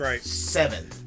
seven